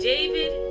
David